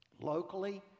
locally